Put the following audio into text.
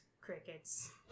Crickets